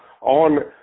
on